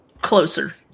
closer